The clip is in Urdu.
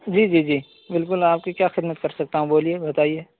جی جی جی بالکل آپ کی کیا خدمت کر سکتا ہوں بولیے بتائیے